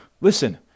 Listen